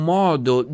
modo